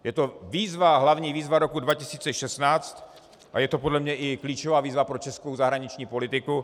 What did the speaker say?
Je to výzva, hlavní výzva roku 2016 a je to podle mě i klíčová výzva pro českou zahraniční politiku.